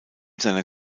seiner